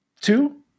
two